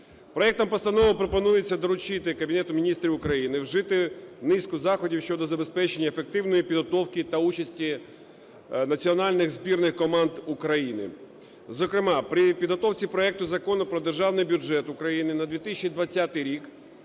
Проектом постанови пропонується доручити Кабінету Міністрів України вжити низку заходів щодо забезпечення ефективної підготовки та участі національних збірних команд України, зокрема при підготовці проекту Закону про Державний бюджету України на 2020 рік